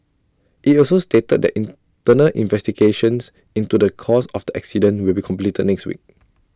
IT also stated that internal investigations into the cause of the accident will be completed next week